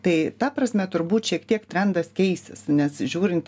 tai ta prasme turbūt šiek tiek trendas keisis nes žiūrint